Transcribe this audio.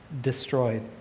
destroyed